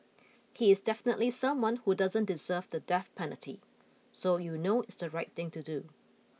he is definitely someone who doesn't deserve the death penalty so you know it's the right thing to do